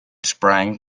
sprang